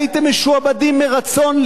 הייתם משועבדים מרצון,